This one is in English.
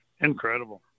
Incredible